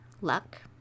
luck